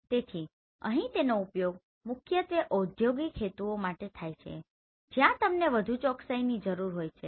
તેથી અહીં તેનો ઉપયોગ મુખ્યત્વે ઔદ્યોગિક હેતુઓ માટે થાય છે જ્યાં તમને વધુ ચોકસાઈની જરૂર હોય છે